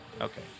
Okay